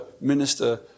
minister